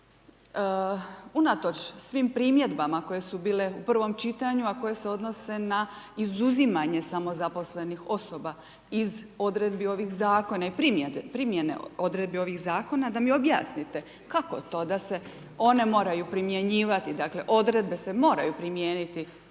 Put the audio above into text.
zakona unatoč svim primjedbama koje su bile u prvom čitanju, a koje se odnose na izuzimanje samozaposlenih osoba iz odredbi ovog zakona i primjene odredbi ovog zakona, da mi objasnite kako to da se one moraju primjenjivati, dakle, odredbe se moraju primijeniti